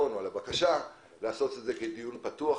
הבקשה לעשות את זה כדיון פתוח.